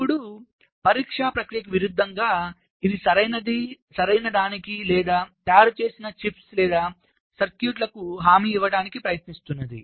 ఇప్పుడు పరీక్షా ప్రక్రియకు విరుద్ధంగా ఇది సరైనదానికి లేదా తయారుచేసిన చిప్స్ లేదా సర్క్యూట్లకు హామీ ఇవ్వడానికి ప్రయత్నిస్తుంది